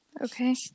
Okay